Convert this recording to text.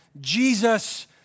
Jesus